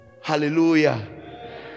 Hallelujah